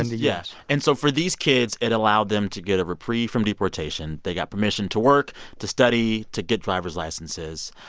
and the u yeah s and so for these kids, it allowed them to get a reprieve from deportation. they got permission to work, to study, to get driver's licenses.